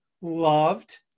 loved